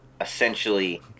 essentially